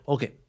Okay